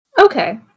Okay